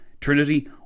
Trinity